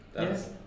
Yes